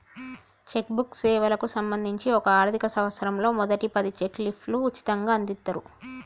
check book సేవలకు సంబంధించి ఒక ఆర్థిక సంవత్సరంలో మొదటి పది చెక్ లీఫ్లు ఉచితంగ అందిత్తరు